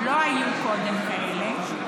לא היו קודם כאלה.